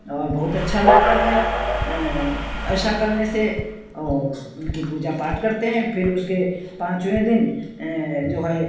और बहुत अच्छा लगता है ऐसा करने से और उनकी पूजा पाठ करते हैं फिर उसके पांचवे दिन जो है